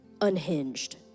unhinged